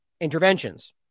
interventions